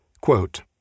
Quote